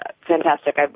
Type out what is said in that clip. fantastic